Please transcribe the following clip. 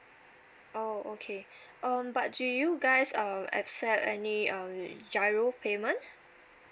oh okay um but do you guys uh accept any um GIRO payment